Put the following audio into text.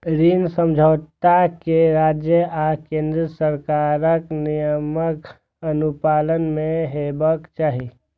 ऋण समझौता कें राज्य आ केंद्र सरकारक नियमक अनुपालन मे हेबाक चाही